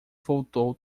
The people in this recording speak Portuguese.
voltou